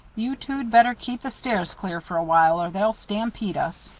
you two'd better keep the stairs clear for a while, or they'll stampede us.